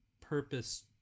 purpose